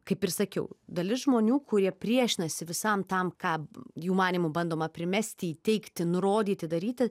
kaip ir sakiau dalis žmonių kurie priešinasi visam tam ką jų manymu bandoma primesti įteigti nurodyti daryti